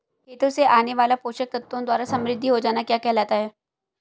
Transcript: खेतों से आने वाले पोषक तत्वों द्वारा समृद्धि हो जाना क्या कहलाता है?